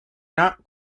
not